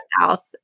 south